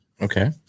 Okay